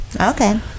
Okay